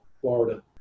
Florida